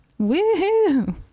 Woohoo